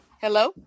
Hello